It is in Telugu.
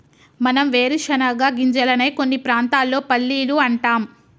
మనం వేరుశనగ గింజలనే కొన్ని ప్రాంతాల్లో పల్లీలు అంటాం